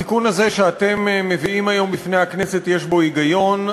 התיקון הזה שאתם מביאים היום בפני הכנסת יש בו היגיון,